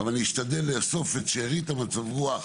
אבל אני אשתדל לאסוף את שארית מצב הרוח